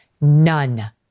None